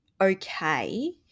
okay